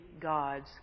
God's